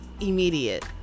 immediate